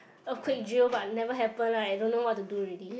earthquake drill but never happen lah I don't know what to do already